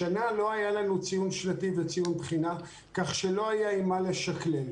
השנה לא היה לנו ציון שנתי וציון בחינה כל שלא היה עם מה לשקלל.